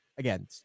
again